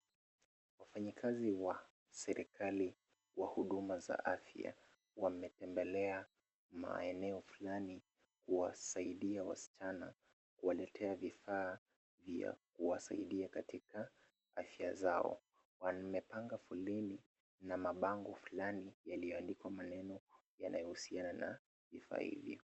Wafanyakazi wa serikali wa huduma za afya wametembelea katika eneo fulani kuwasaidia wasichana kuwaletea vifaa vya kuwasaidia katika afya zao. Wamepanga foleni na mabango fulani yaliyoandikwa maneno yanayohusiana na vifaa hivyo.